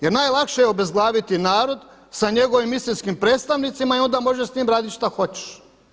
Jer najlakše je obezglaviti narod sa njegovim istinskim predstavnicima i onda može sa njim radit šta hoćeš.